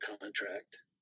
contract